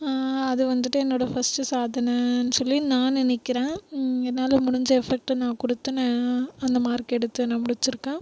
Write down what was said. அது வந்துட்டு என்னோடய ஃபஸ்ட்டு சாதனைன்னு சொல்லி நான் நெனக்கிறேன் என்னால் முடிஞ்ச எஃபக்ட்டை நான் கொடுத்து நான் அந்த மார்க் எடுத்து நான் முடிச்சிருக்கேன்